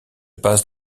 passe